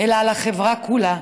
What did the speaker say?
אלא על החברה כולה.